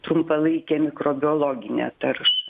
trumpalaikę mikrobiologinę taršą